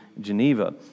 Geneva